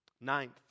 Ninth